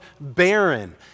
barren